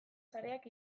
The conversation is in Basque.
sareak